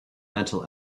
mental